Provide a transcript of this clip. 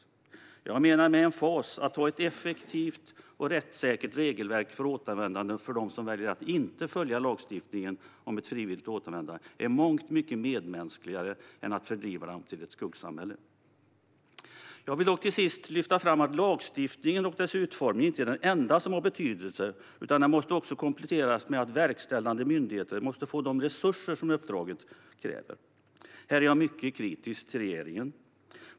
Jag menar med emfas att det är långt mycket medmänskligare att ha ett effektivt och rättssäkert regelverk för återvändande för dem som väljer att inte följa lagstiftningen om ett frivilligt återvändande än att förvisa dem till ett skuggsamhälle. Jag vill dock till sist lyfta fram att lagstiftningen och dess utformning inte är det enda som har betydelse, utan det måste kompletteras med att verkställande myndigheter får de resurser som uppdraget kräver. Här är jag mycket kritisk till regeringen.